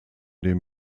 dem